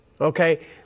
okay